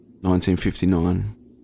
1959